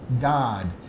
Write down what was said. God